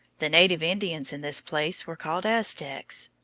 the native indians in this place were called aztecs.